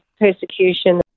persecution